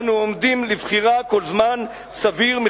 אנו עומדים לבחירה מחדש כל זמן סביר,